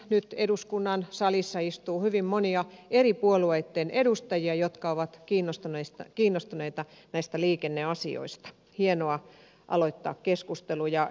nyt eduskunnan salissa istuu hyvin monia eri puolueitten edustajia jotka ovat kiinnostuneita näistä liikenneasioista hienoa aloittaa keskustelu